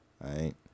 right